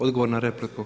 Odgovor na repliku.